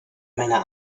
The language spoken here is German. meiner